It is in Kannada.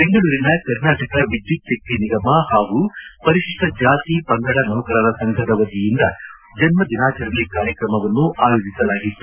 ಬೆಂಗಳೂರಿನ ಕರ್ನಾಟಕ ವಿದ್ಯುಚ್ಚಕ್ತಿ ನಿಗಮ ಹಾಗೂ ಪರಿಶಿಷ್ಟ ಜಾತಿ ಪಂಗಡ ನೌಕರರ ಸಂಘದ ವತಿಯಿಂದ ಜನ್ಮದಿನಾಚರಣೆ ಕಾರ್ಯಕ್ರಮವನ್ನು ಆಯೋಜಿಸಲಾಗಿತ್ತು